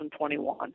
2021